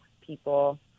people